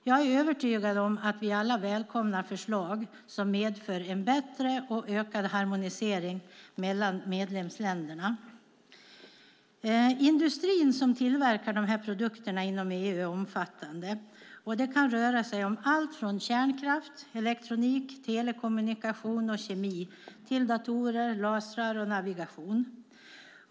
Jag är övertygad om att vi alla välkomnar förslag som medför bättre och ökad harmonisering mellan medlemsländerna. Industrin som tillverkar dessa produkter inom EU är omfattande. Det kan röra sig om allt från kärnkraft, elektronik, telekommunikation och kemi till datorer, lasrar och navigation.